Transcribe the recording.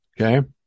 okay